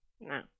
No